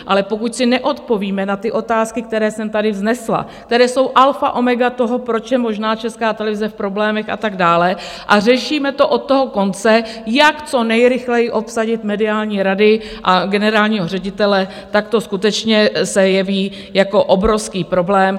Ale pokud si neodpovíme na ty otázky, které jsem tady vznesla, které jsou alfa omega toho, proč je možná Česká televize v problémech a tak dále, a řešíme to od toho konce, jak co nejrychleji obsadit mediální rady a generálního ředitele, tak to skutečně se jeví jako obrovský problém.